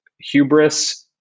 hubris